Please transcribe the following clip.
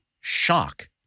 shock